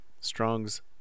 Strong's